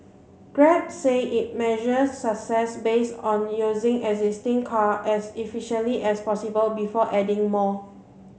grab says it measures success based on using existing car as efficiently as possible before adding more